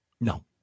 No